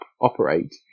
operate